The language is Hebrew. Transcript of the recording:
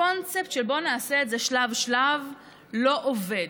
הקונספט שנעשה את זה שלב שלב לא עובד.